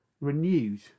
renewed